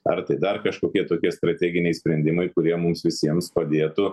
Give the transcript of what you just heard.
ar tai dar kažkokie tokie strateginiai sprendimai kurie mums visiems padėtų